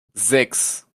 sechs